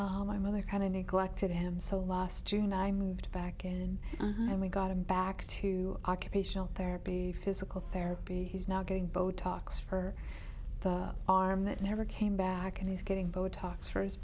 then my mother kind of neglected him so last june i moved back and then we got him back to occupational therapy physical therapy he's now getting botox for the arm that never came back and he's getting botox f